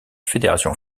fédération